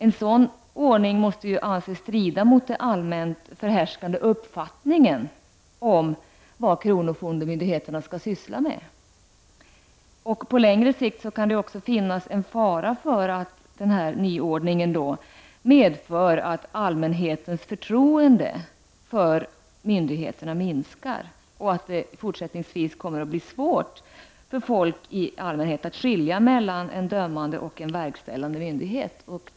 En sådan ordning måste anses strida mot den allmänt förhärskande uppfattningen om vad kronofogdemyndigheterna skall syssla med. På längre sikt kan det finnas en fara för att denna nyordning medför att allmänhetens förtroende för myndigheterna minskar och att det fortsättningsvis kommer att bli svårt för folk i allmänhet att skilja mellan en dömande och en verkställande myndighet.